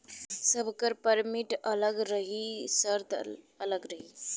सबकर परमिट अलग रही सर्त अलग रही